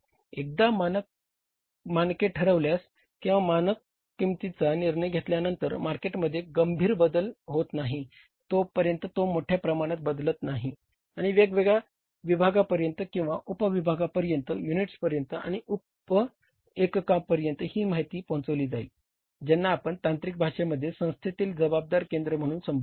एकदा मानके ठरविल्यास किंवा मानक किंमतीचा निर्णय घेतल्यानंतर मार्केटमध्ये गंभीर बदल होत नाही तोपर्यंत तो मोठ्या प्रमाणात बदलत नाही आणि वेगवेगळ्या विभागांपर्यंत किंवा उप विभाग पर्यंत युनिट्स पर्यंत आणि उप एककांपर्यंत ही माहिती पोहचविली जाईल ज्यांना आपण तांत्रिक भाषेमध्ये संस्थेतील जबाबदारी केंद्र म्हणून संबोधतो